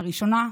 הראשונה,